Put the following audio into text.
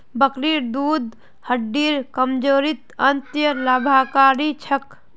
बकरीर दूध हड्डिर कमजोरीत अत्यंत लाभकारी छेक